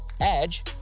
EDGE